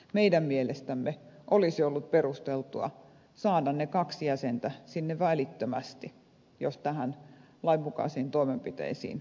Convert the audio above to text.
meidän mielestämme olisi ollut perusteltua saada ne kaksi jäsentä sinne välittömästi jos lainmukaisiin toimenpiteisiin lähdetään